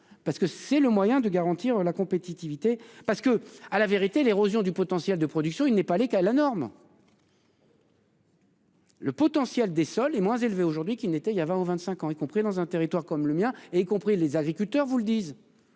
parce que c'est le moyen de garantir la compétitivité parce que à la vérité l'érosion du potentiel de production, il n'est pas les qu'à la norme. Le potentiel des sols est moins élevé aujourd'hui qu'il n'était il y a 20 ans, 25 ans, y compris dans un territoire comme le mien et y compris les agriculteurs, vous le.